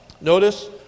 Notice